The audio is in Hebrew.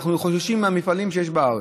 אנחנו חוששים למפעלים שיש בארץ,